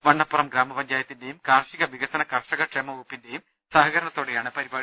വണ്ണപ്പുറം ഗ്രാമപഞ്ചായത്തിന്റെയും കാർഷിക വിക സന കർഷക ക്ഷേമ വകുപ്പിന്റെയും സഹകരണത്തോടെയാണ് പരിപാടി